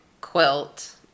quilt